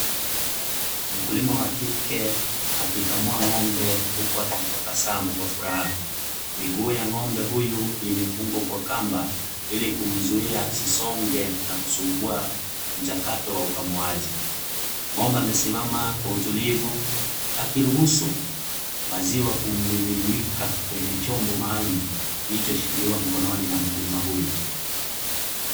Mkulima wa kike akikamua ngombe huku akitabasamu Kwa furaha .Miguu ya ngombe huyu imefungwa Kwa Kamba iko. kumzuia asisonge na kusumbua mchakato wa ukamuaji. Ngombe amesimama Kwa utulivu akiruhusu maziwa kumiminika kwenye chombo maalum kilichoshikiliwa mkononi na mkulima huyu.